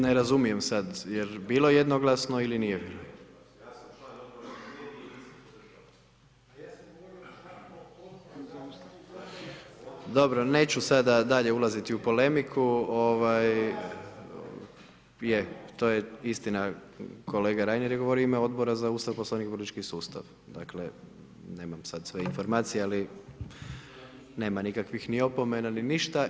Ne razumijem sad, jel bilo jednoglasno ili nije? [[Upadica: Ja sam član Odbora…]] Dobro, neću sada dalje ulaziti u polemiku, ovaj, je, to je istina, kolega Reiner je govorio u ime Odbora za Ustav, Poslovnik i Politički sustav, dakle, nemam sada sve informacije, ali nema nikakvih ni opomena, ni ništa.